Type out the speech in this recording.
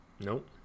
Nope